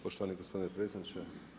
Poštovani gospodine predsjedniče.